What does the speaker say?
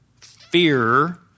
fear